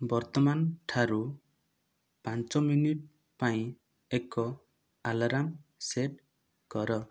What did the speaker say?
ବର୍ତ୍ତମାନ ଠାରୁ ପାଞ୍ଚ ମିନିଟ୍ ପାଇଁ ଏକ ଆଲାର୍ମ ସେଟ୍ କର